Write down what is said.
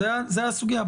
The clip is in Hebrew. זו הסוגיה.